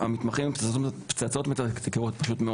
המתמחים הם פשוט מאוד פצצות מתקתקות.